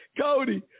Cody